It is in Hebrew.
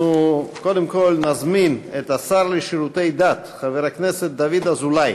אנחנו קודם כול נזמין את השר לשירותי דת חבר הכנסת דוד אזולאי